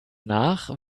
nach